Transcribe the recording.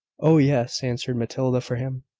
oh, yes, answered matilda for him,